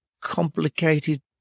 complicated